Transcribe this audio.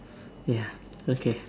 ya okay